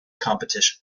competition